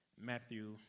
Matthew